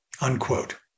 unquote